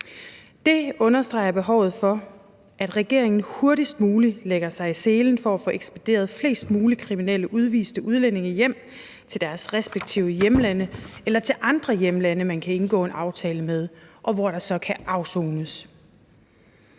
Det understreger behovet for, at regeringen hurtigst muligt lægger sig i selen for at få ekspederet flest mulige kriminelle udviste udlændinge hjem til deres respektive hjemlande eller til andre lande, som man kan indgå en aftale med, og hvor der så kan afsones.